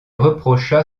reprocha